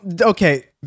okay